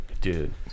Dude